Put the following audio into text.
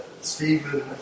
Stephen